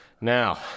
Now